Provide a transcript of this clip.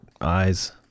eyes